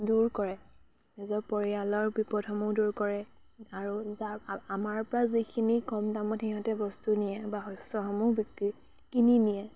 দূৰ কৰে নিজৰ পৰিয়ালৰ বিপদসমূহ দূৰ কৰে আৰু যাৰ আমাৰ পৰা যিখিনি কম দামত সিহঁতে বস্তু নিয়ে বা শস্যসমূহ বিক্ৰী কিনি নিয়ে